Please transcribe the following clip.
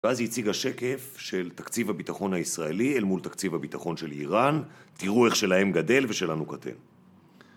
ואז היא הציגה שקף של תקציב הביטחון הישראלי אל מול תקציב הביטחון של איראן, תראו איך שלהם גדל ושלנו קטן.